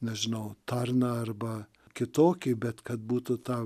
nežinau tarną arba kitokį bet kad būtų ta